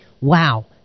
wow